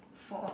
for